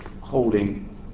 holding